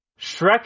Shrek